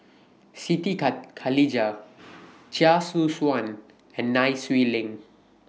Siti Khalijah Chia Choo Suan and Nai Swee Leng